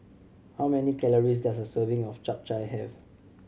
how many calories does a serving of Chap Chai have